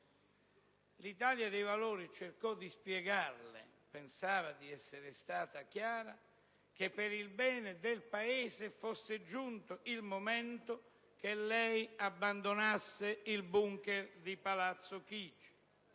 L'Italia dei Valori cercò di spiegarle, e pensava di essere stata chiara, che per il bene del Paese fosse giunto il momento che lei abbandonasse il *bunker* di palazzo Chigi,